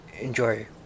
enjoy